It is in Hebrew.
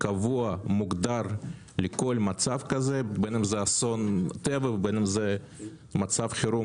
קבוע ומוגדר לכל מצב כזה בין זה אסון טבע או מצב חירום